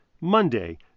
Monday